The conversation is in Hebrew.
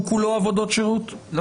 לא עבודות שירות,